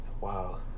Wow